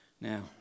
Now